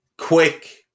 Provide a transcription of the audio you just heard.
quick